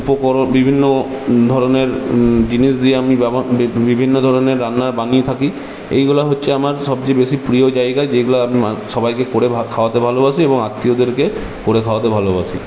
উপকরণ বিভিন্ন ধরণের জিনিস দিয়ে আমি ব্যব বিভিন্ন ধরণের রান্না বানিয়ে থাকি এইগুলো হচ্ছে আমার সবচেয়ে বেশী প্রিয় জায়গা যেইগুলো আমি সবাইকে করে খাওয়াতে ভালবাসি এবং আত্মীয়দেরকে করে খাওয়াতে ভালোবাসি